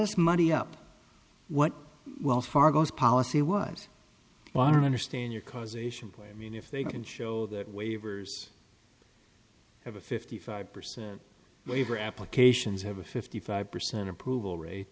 muddy up what wells fargo's policy was why i don't understand your causation point i mean if they can show that waivers i have a fifty five percent waiver applications have a fifty five percent approval rate